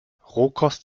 rohkost